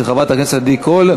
של חברת הכנסת עדי קול.